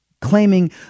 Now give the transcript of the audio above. claiming